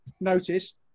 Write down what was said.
notice